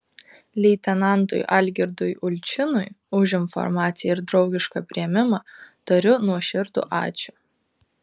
leitenantui algirdui ulčinui už informaciją ir draugišką priėmimą tariu nuoširdų ačiū